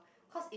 cause it